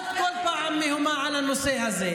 אתם כל הזמן מנסים להסביר לה,